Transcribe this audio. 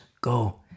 go